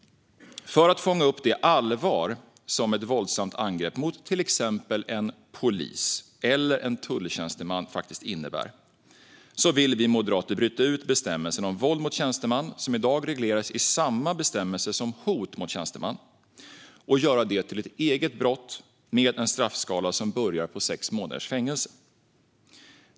För att fånga upp det allvar som ett våldsamt angrepp mot till exempel en polis eller en tulltjänsteman innebär vill vi moderater bryta ut bestämmelsen om våld mot tjänsteman, som i dag regleras i samma bestämmelse som hot mot tjänsteman, och göra det till ett eget brott med en straffskala som börjar på sex månaders fängelse.